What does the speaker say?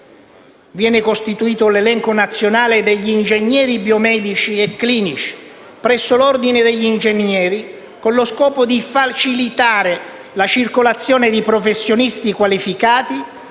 Viene costituito l'elenco nazionale degli ingegneri biomedici e clinici presso l'Ordine degli ingegneri, con lo scopo di facilitare la circolazione di professionisti qualificati,